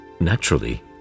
Naturally